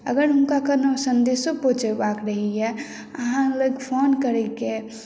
अगर हुनका कओनो सन्देशो पहुचेबाके रहैया अहाँ लग फोन करैके